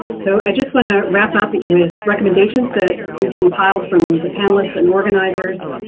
so i just want to wrap up with recommendations that we have compiled from the panelists and organizers.